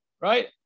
right